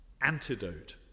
antidote